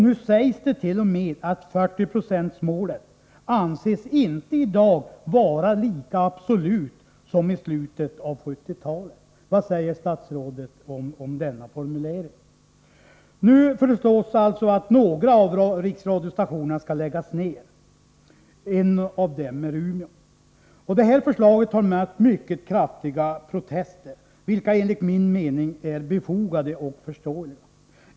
Nu hävdas det t.o.m. att 40-procentsmålet i dag inte anses vara lika absolut som i slutet av 1970-talet. Vad säger statsrådet om denna formulering? Det föreslås alltså att några av Riksradions distriktskontor skall läggas ned. Ett av dem är kontoret i Umeå. Detta förslag har mött mycket kraftiga protester, vilka enligt min mening är befogade och förståeliga.